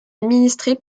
administré